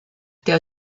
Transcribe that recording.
der